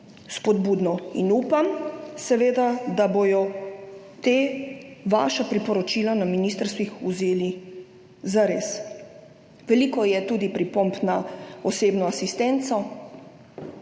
spodbudno. In seveda upam, da bodo ta vaša priporočila na ministrstvih vzeli zares. Veliko je tudi pripomb na osebno asistenco,